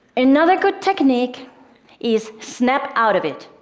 another good technique is snap out of it,